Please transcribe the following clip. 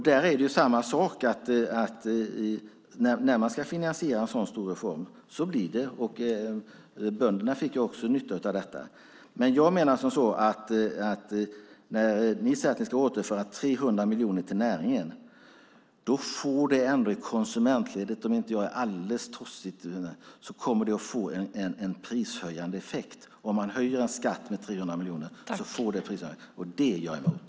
Där är det samma sak; när man ska finansiera en så stor reform blir det så här. Bönderna fick också nytta av detta. Men när ni säger att ni ska återföra 300 miljoner till näringen menar jag, om inte jag är alldeles tosig, att det i konsumentledet kommer att få en prishöjande effekt. Om man höjer en skatt med 300 miljoner får det en prishöjande effekt, och det är jag emot.